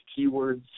keywords